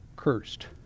cursed